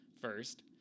first